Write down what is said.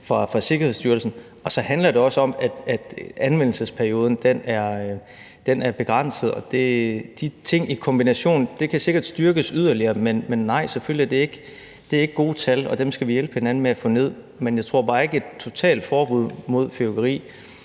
fra Sikkerhedsstyrelsen; og så handler det også om, at anvendelsesperioden er begrænset. De ting i kombination kan sikkert styrkes yderligere, men nej, selvfølgelig er det ikke gode tal, og dem skal vi hjælpe hinanden med at få ned. Men jeg tror bare ikke, at et totalforbud mod fyrværkeri